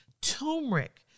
Turmeric